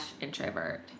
introvert